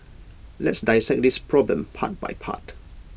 let's dissect this problem part by part